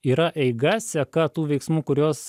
yra eiga seka tų veiksmų kuriuos